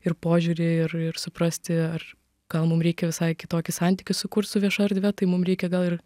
ir požiūrį ir ir suprasti ar gal mum reikia visai kitokį santykį sukurt su vieša erdve tai mum reikia gal ir